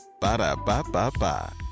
Ba-da-ba-ba-ba